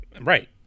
Right